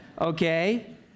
okay